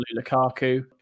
Lukaku